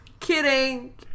kidding